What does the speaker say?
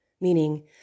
meaning